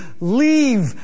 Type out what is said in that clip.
leave